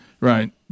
Right